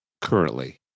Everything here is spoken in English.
currently